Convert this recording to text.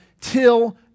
till